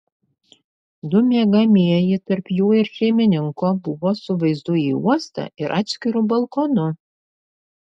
du miegamieji tarp jų ir šeimininko buvo su vaizdu į uostą ir atskiru balkonu